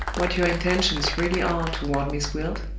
what your intentions really are toward miss gwilt?